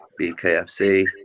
BKFC